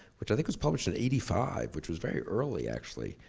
which i think was published in eighty five which was very early actually.